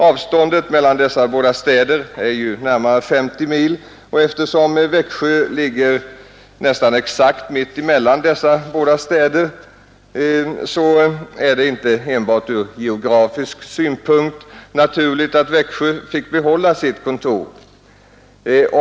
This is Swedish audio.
Avståndet mellan dessa båda städer är närmare 50 mil, och eftersom Växjö ligger nästan exakt mitt emellan dessa båda städer vore det icke enbart ur geografisk synpunkt naturligt att Växjö fick behålla sitt kontor.